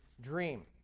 dream